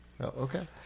Okay